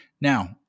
Now